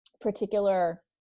particular